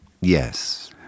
Yes